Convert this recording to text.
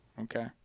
Okay